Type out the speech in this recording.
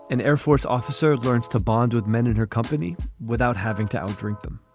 an air force officer learns to bond with men in her company without having to um drink them